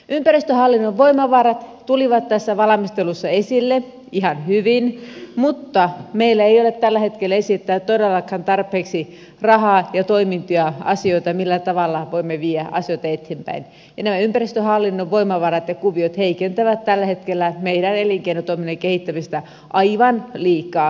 ympäristöhallinnon voimavarat tulivat tässä valmistelussa esille ihan hyvin mutta meillä ei ole tällä hetkellä esittää todellakaan tarpeeksi rahaa ja toimintoja asioita millä tavalla voimme viedä asioita eteenpäin ja nämä ympäristöhallinnon voimavarat ja kuviot heikentävät tällä hetkellä meidän elinkeinotoimintamme kehittämistä aivan liikaa